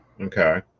Okay